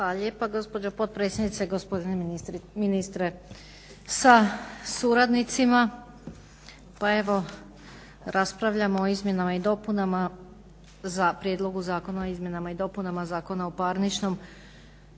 Hvala lijepa gospođo potpredsjednice. Gospodine ministre sa suradnicima. Pa evo raspravljamo o Prijedlogu Zakona o izmjenama i dopunama Zakona o parničnom